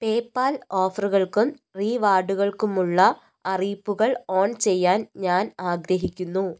പേ പാല് ഓഫറുകൾക്കും റിവാർഡുകൾക്കുമുള്ള അറിയിപ്പുകൾ ഓൺ ചെയ്യാൻ ഞാൻ ആഗ്രഹിക്കുന്നു